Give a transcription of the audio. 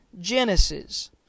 Genesis